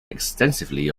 extensively